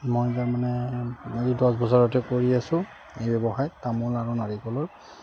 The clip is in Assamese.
মই তাৰমানে এই দহ বজাৰতে কৰি আছো এই ব্যৱসায় তামোল আৰু নাৰিকলৰ